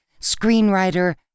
screenwriter